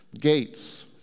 Gates